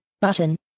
button